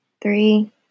three